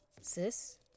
Sis